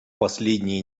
последние